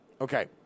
Okay